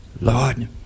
Lord